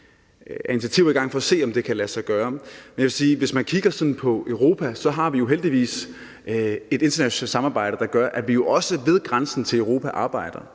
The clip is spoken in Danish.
er initiativer i gang for at se, om det kan lade sig gøre. Men jeg vil sige, at hvis man kigger på Europa, har vi heldigvis et internationalt samarbejde, der gør, at vi jo også ved grænsen til Europa arbejder